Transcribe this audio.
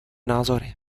názory